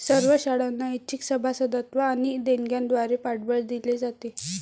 सर्व शाळांना ऐच्छिक सभासदत्व आणि देणग्यांद्वारे पाठबळ दिले जाते